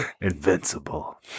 Invincible